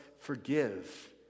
forgive